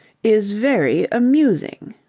is very amusing.